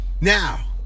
Now